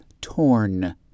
torn